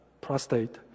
prostate